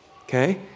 okay